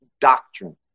doctrine